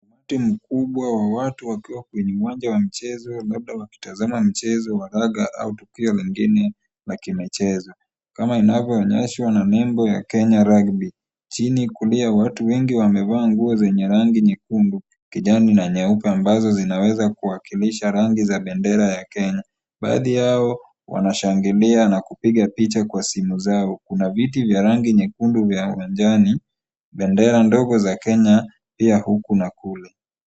Umati mkubwa wa watu wakiwa kwenye uwanja wa michezo labda wakitazama mchezo wa raga au tukio lingine la kimchezo kama inavyooneyeshwa na nembo ya Kenya Rugby . Chini kulia watu wengi wamevaa nguo zenye rangi nyekundu, kijani na nyeupe ambazo zinaweza kuwakilisha rangi za bendera ya Kenya. Baadhi yao wanashangilia na kupiga picha kwa simu zao. Kuna viti vya rangi nyekundu vya majani, bendera ndogo za Kenya pia huku na kule.